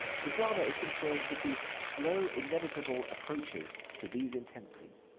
the drama is concerned with the slow, inevitable approaches to these intensities.